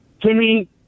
Timmy